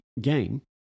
game